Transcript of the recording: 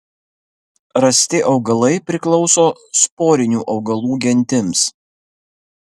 rasti augalai priklauso sporinių augalų gentims